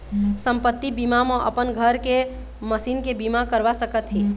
संपत्ति बीमा म अपन घर के, मसीन के बीमा करवा सकत हे